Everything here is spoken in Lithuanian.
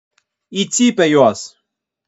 į cypę juos